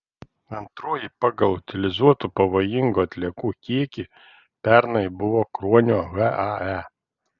antroji pagal utilizuotų pavojingų atliekų kiekį pernai buvo kruonio hae